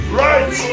right